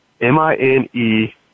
M-I-N-E